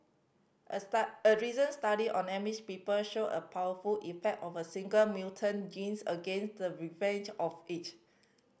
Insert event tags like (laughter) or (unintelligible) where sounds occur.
a (unintelligible) a recent study on Amish people showed a powerful effect of a single mutant genes against the ravage of age